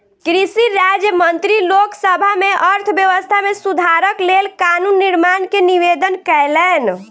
कृषि राज्य मंत्री लोक सभा में अर्थव्यवस्था में सुधारक लेल कानून निर्माण के निवेदन कयलैन